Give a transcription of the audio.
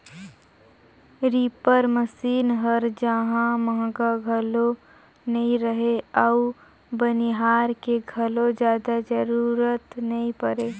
reaper machine हर जहां महंगा घलो नई रहें अउ बनिहार के घलो जादा जरूरत नई परे